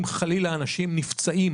אם חלילה אנשים נפצעים,